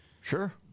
Sure